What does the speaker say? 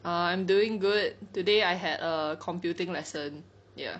err I'm doing good today I had a computing lesson ya